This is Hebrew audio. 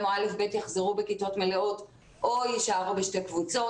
או א'-ב' יחזרו בכיתות מלאות או יישארו בשתי קבוצות.